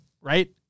right